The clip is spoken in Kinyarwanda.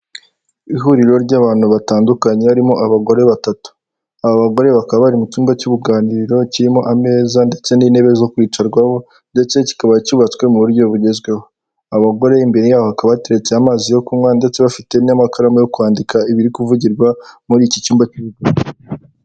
Ihuriro ry'abantu batandukanye harimo abagore batatu aba bagore bakaba bari mu cyumba cy'uruganiriro kirimo ameza ndetse n'intebe zo kwicarwaho ndetse kikaba cyubatswe mu buryo bugezweho abagore imbere yabo hakaba hateretse amazi yo kunywa ndetse bafite n'amakaramu yo kwandika ibiri kuvugirwa muri iki cyumba.